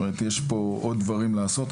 יש פה עוד דברים לעשות.